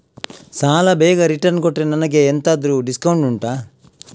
ಸಾಲ ಬೇಗ ರಿಟರ್ನ್ ಕೊಟ್ರೆ ನನಗೆ ಎಂತಾದ್ರೂ ಡಿಸ್ಕೌಂಟ್ ಉಂಟಾ